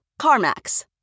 CarMax